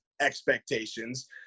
expectations